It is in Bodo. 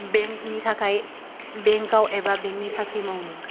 बेंकनि थाखाय बेंकाव एबा बेंकनि साख्रि मावनो